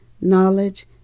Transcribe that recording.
knowledge